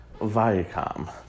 Viacom